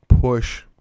push